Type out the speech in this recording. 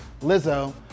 Lizzo